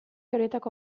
horietako